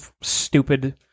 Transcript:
stupid